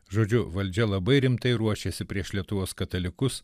žodžiu valdžia labai rimtai ruošėsi prieš lietuvos katalikus